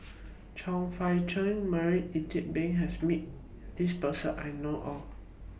Chong Fah Cheong Marie Ethel Bong has Met This Person I know of